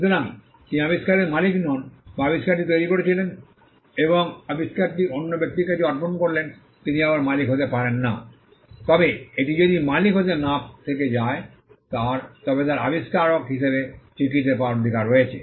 সুতরাং তিনি আবিষ্কারের মালিক নন বা তিনি আবিষ্কারটি তৈরি করেছিলেন এবং আবিষ্কারটি অন্য ব্যক্তির কাছে অর্পণ করলেন তিনি আবার মালিক হতে পারেন না তবে এটি যদি মালিক হতে না থেকে যায় তবে তার আবিষ্কারক হিসাবে স্বীকৃতি পাওয়ার অধিকার রয়েছে